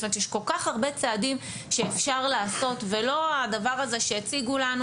זאת אומרת יש כל כך הרבה צעדים שאפשר לעשות ולא הדבר הזה שהציגו לנו,